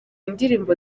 indirimbo